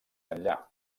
enllà